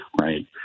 right